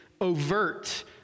overt